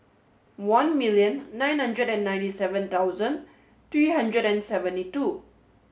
one million nine hundred and ninety seven thousand three hundred and seventy two